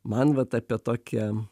man vat apie tokią